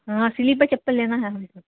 ہاں سلیپر چپل لینا ہے ہمیں